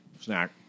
Snack